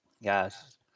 yes